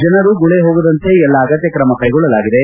ಜನ ಗುಳೇ ಹೋಗದಂತೆ ಎಲ್ಲಾ ಅಗತ್ನ ಕ್ರಮ ಕೈಗೊಳ್ಳಲಾಗಿದೆ